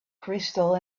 crystal